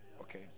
okay